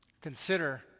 Consider